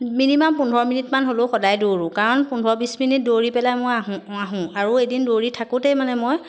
minimum পোন্ধৰ মিনিটমান হ'লেও সদায় দৌৰোঁ কাৰণ পোন্ধৰ বিছ মিনিট দৌৰি পেলাই মই আহোঁ আহোঁ আৰু এদিন দৌৰি থাকোতেই মানে মই